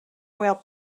whale